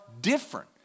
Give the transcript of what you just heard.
different